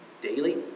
Daily